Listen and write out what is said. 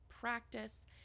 practice